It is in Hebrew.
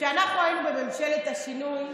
כשאנחנו היינו בממשלת השינוי,